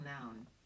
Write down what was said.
noun